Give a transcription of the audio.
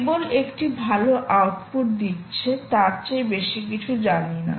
কেবল একটি ভাল আউটপুট দিচ্ছে তার চেয়ে বেশি কিছু জানি না